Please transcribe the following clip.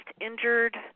injured